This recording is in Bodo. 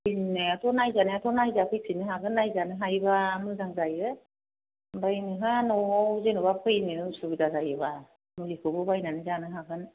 नायजानायाथ' नायजाफैफिननो हागोन नायजाफैफिननो हायोबा मोजां जायो ओमफ्राय नोंहा न'आव जेन'बा फैनो असुबिदा जायोबा मुलिखौबो बायनोनै जानो हागोन